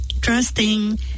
Trusting